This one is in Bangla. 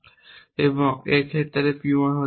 এবং কোন ক্ষেত্রে p 1 হতে পারে না